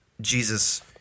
Jesus